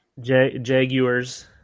jaguars